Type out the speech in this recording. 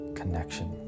connection